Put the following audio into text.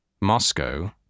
Moscow